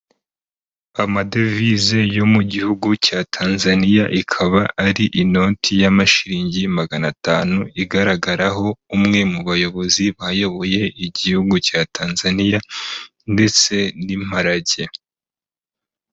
Amadevize yo mu gihugu cya Tanzania ikaba ari inoti y'amashiriningi magana atanu igaragaraho umwe mu bayobozi bayoboye igihugu cya Tanzania ndetse n'imparage.